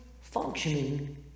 functioning